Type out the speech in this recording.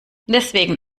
deswegen